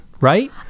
right